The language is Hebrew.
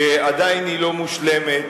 שעדיין היא לא מושלמת,